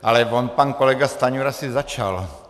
Ale on pan kolega Stanjura si začal.